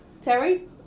Terry